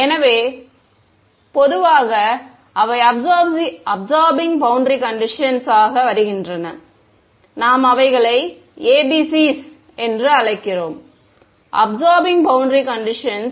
எனவே பொதுவாக அவை அபிசார்பிங் பௌண்டரி கண்டிஷன்ஸ் ஆக வருகின்றன நாம் அவைகளை ABCs என்று அழைக்கிறோம் அபிசார்பிங் பௌண்டரி கண்டிஷன்ஸ்